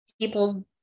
people